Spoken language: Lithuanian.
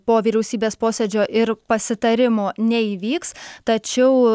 po vyriausybės posėdžio ir pasitarimo neįvyks tačiau